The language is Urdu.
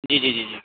جی جی جی